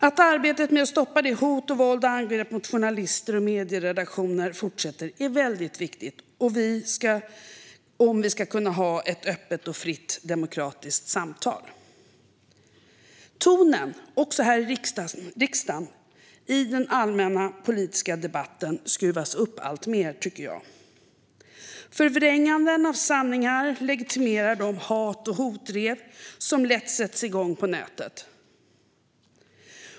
Att arbetet med att stoppa hot, våld och angrepp mot journalister och medieredaktioner fortsätter är väldigt viktigt om vi ska kunna ha ett öppet och fritt demokratiskt samtal. Tonen i den allmänna politiska debatten, också här i riksdagen, skruvas upp alltmer, tycker jag. Förvrängningar av sanningar legitimerar de hat och hotdrev som lätt sätts igång på nätet.